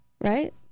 right